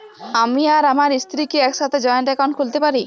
আমি আর আমার স্ত্রী কি একসাথে জয়েন্ট অ্যাকাউন্ট খুলতে পারি?